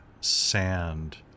sand